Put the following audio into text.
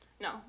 No